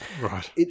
Right